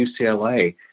UCLA